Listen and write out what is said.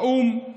האו"ם,